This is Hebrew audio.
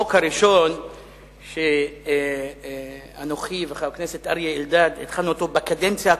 החוק הראשון שאנוכי וחבר הכנסת אריה אלדד התחלנו בקדנציה הקודמת,